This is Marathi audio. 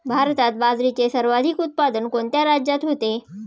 भारतात बाजरीचे सर्वाधिक उत्पादन कोणत्या राज्यात होते?